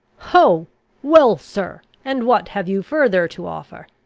ho well, sir and what have you further to offer?